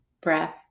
breath